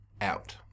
out